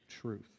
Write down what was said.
truth